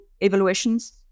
evaluations